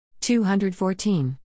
214